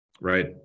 right